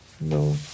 No